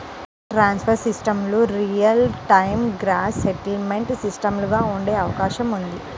wire transfer సిస్టమ్లు real time gross settlement సిస్టమ్లుగా ఉండే అవకాశం ఉంది